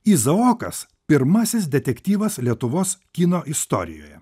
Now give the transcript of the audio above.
izaokas pirmasis detektyvas lietuvos kino istorijoje